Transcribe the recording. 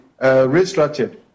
restructured